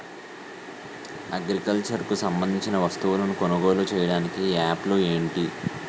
Agriculture కు సంబందించిన వస్తువులను కొనుగోలు చేయటానికి యాప్లు ఏంటి?